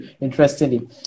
interestingly